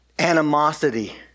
animosity